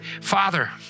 Father